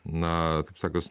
na taip sakius